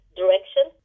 direction